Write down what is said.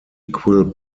equal